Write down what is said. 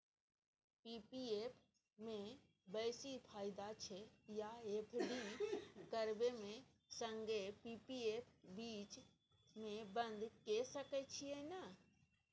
P P F म बेसी फायदा छै या एफ.डी करबै म संगे पी.पी एफ बीच म बन्द के सके छियै न?